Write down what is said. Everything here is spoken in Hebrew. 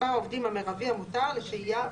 מספר העובדים המרבי המותר לשהייה בו-זמנית).